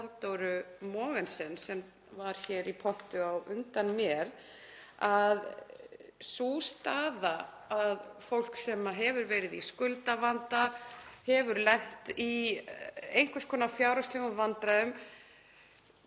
Halldóru Mogensen, sem var í pontu á undan mér, varðandi stöðu fólks sem hefur verið í skuldavanda, hefur lent í einhvers konar fjárhagslegum vandræðum.